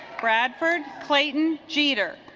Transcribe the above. bradford clayton's jeter